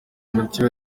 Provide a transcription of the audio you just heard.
mucyo